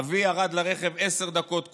אבי ירד לרכב עשר דקות קודם,